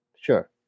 sure